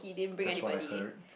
that's what I heard